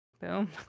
boom